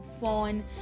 fun